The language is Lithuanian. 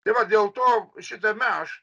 tai va dėl to šitame aš